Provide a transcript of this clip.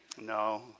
no